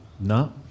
No